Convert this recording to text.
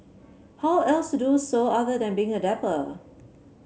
how else to do so other than being a dapper